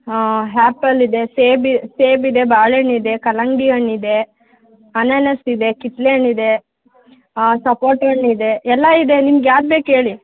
ಹಾಂ ಹ್ಯಾಪಲ್ ಇದೆ ಸೇಬು ಸೇಬಿದೆ ಬಾಳೆಹಣ್ಣಿದೆ ಕಲ್ಲಂಗಡಿ ಹಣ್ಣು ಇದೆ ಅನಾನಸ್ ಇದೆ ಕಿತ್ಲೆಹಣ್ ಇದೆ ಸಪೋಟಹಣ್ ಇದೆ ಎಲ್ಲ ಇದೆ ನಿಮ್ಗೆ ಯಾವ್ದು ಬೇಕು ಹೇಳಿ